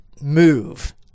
move